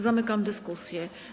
Zamykam dyskusję.